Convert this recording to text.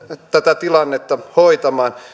tätä tilannetta hoitamaan